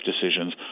decisions